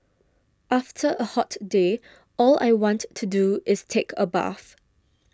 after a hot day all I want to do is take a bath